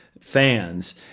fans